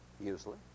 usually